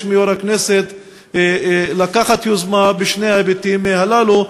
מיושב-ראש הכנסת לקחת יוזמה בשני ההיבטים הללו,